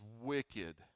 wicked